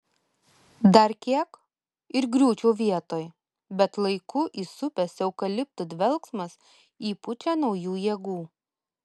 dar kiek ir griūčiau vietoj bet laiku įsupęs eukaliptų dvelksmas įpučia naujų jėgų